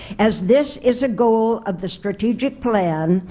as this is a goal of the strategic plan,